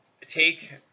take